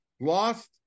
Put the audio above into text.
lost